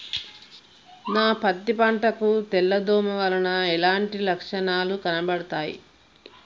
నా పత్తి పంట కు తెల్ల దోమ వలన ఎలాంటి లక్షణాలు కనబడుతాయి?